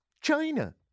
China